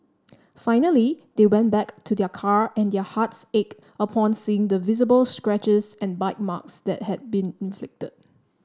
finally they went back to their car and their hearts ached upon seeing the visible scratches and bite marks that had been inflicted